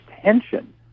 tension